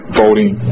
voting